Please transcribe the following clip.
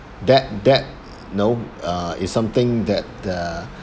that that you know uh it's something that uh